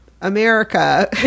America